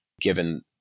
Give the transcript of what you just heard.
given